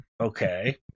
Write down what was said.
Okay